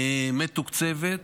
מתוקצבת,